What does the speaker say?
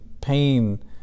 pain